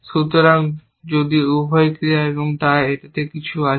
সুতরাং যদি উভয় ক্রিয়া তাই এটি কিছু আছে